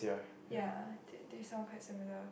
ya this this one quite saving up